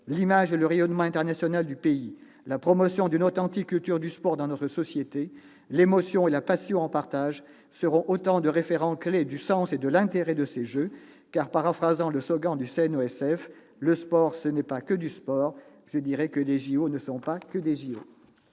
l'image et le rayonnement international du pays, la promotion d'une authentique culture du sport dans notre société, l'émotion et la passion en partage seront autant de référents-clés du sens et de l'intérêt de ces jeux. Aussi, paraphrasant le slogan du CNOSF, « le sport, ce n'est pas que du sport », je dirai que « les JO ne sont pas que des JO »